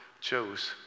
chose